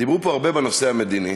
דיברו פה הרבה בנושא המדיני,